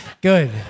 Good